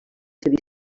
ser